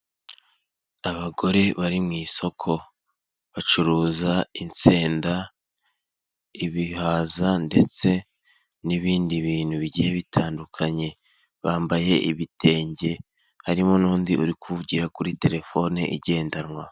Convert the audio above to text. Abagore bari mu isoko. Bacuruza insenda, ibihaza, ndetse n'ibindi bintu bigiye bitandukanye. Bambaye ibitenge, harimo n'undi uri kuvugira kuri telefone igendanwa.